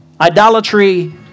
Idolatry